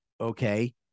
okay